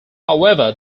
however